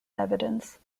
evidence